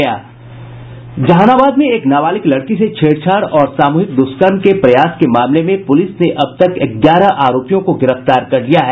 जहानाबाद में एक नाबालिग लड़की से छेड़छाड़ और सामूहिक द्रष्कर्म के प्रयास के मामले में पुलिस ने अब तक ग्यारह आरोपियों को गिरफ्तार कर लिया है